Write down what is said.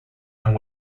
and